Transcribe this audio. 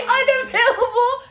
unavailable